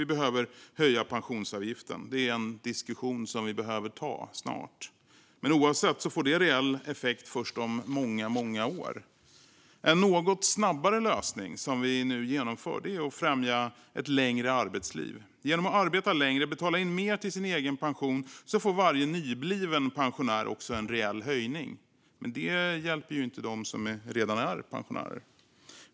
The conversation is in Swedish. Vi behöver höja pensionsavgiften, och det är en diskussion vi behöver ta - snart. Men oavsett när det sker får det reell effekt först om många, många år. En något snabbare lösning, som vi nu genomför, är att främja ett längre arbetsliv. Genom att arbeta längre och betala in mer till sin egen pension får varje nybliven pensionär också en reell höjning. Det hjälper dock inte dem som redan är pensionärer.